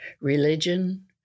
religion